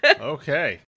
Okay